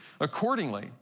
accordingly